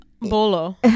bolo